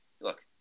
Look